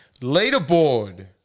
Leaderboard